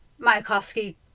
Mayakovsky